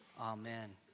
Amen